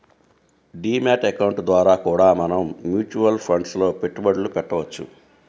D mat account ద్వారా కూడా మనం మ్యూచువల్ ఫండ్స్ లో పెట్టుబడులు పెట్టవచ్చు